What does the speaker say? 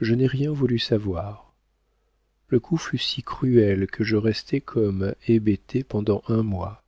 je n'ai rien voulu savoir le coup fut si cruel que je restai comme hébété pendant un mois